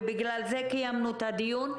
ובגלל זה קיימנו את הדיון,